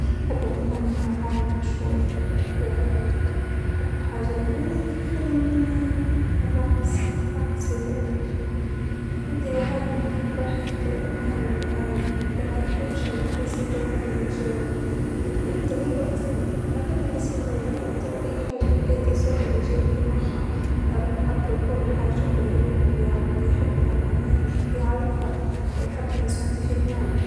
أكيد راح أختار كون عالمة مشهورة، مو فنانة مشهورة لإنه راح يتذكر العلماء دايما بأحسن صورة، مهما كان اكتشافهم مهما كان إتسكروا ويش إخترعوا دايما التاريخ يذكر العلماء بأحسن صورة ،أما الفنانين لهم ما لهم وعليهم ما عليهم.